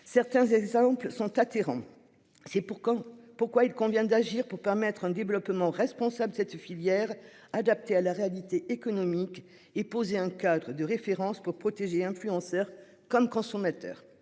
Certains exemples sont à Téhéran. C'est pour quand. Pourquoi il convient d'agir pour permettre un développement responsable cette filière adapté à la réalité économique et poser un cadre de référence pour protéger influenceurs comme consommateur.